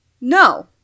No